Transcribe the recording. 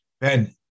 Ben